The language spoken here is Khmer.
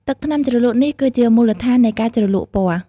ទឹកថ្នាំជ្រលក់នេះគឺជាមូលដ្ឋាននៃការជ្រលក់ពណ៌។